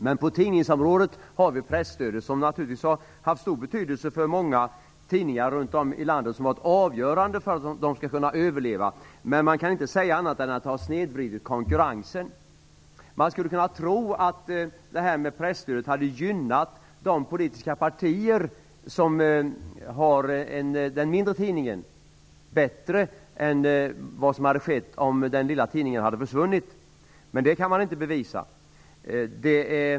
Men på tidningsområdet har vi presstödet, som naturligtvis har haft stor betydelse för många tidningar runt om i landet och varit avgörande för att de har kunnat överleva. Men man kan inte säga annat än att det har snedvridit konkurrensen. Man skulle kunna tro att presstödet hade gynnat de politiska partier som har den mindre tidningen - den skulle annars kanske ha försvunnit. Men att det är så kan man inte bevisa.